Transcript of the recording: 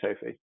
Sophie